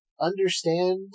understand